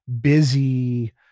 busy